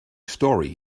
story